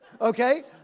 Okay